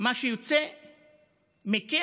מה שיוצא מכם?